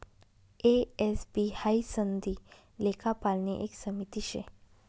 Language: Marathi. ए, एस, बी हाई सनदी लेखापालनी एक समिती शे